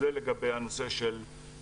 זה לגבי משאיות.